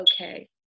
okay